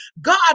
God